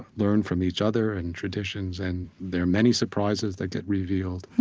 learn from each other and traditions, and there are many surprises that get revealed.